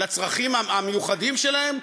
לצרכים המיוחדים שלהם,